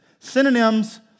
Synonyms